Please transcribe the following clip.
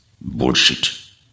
Bullshit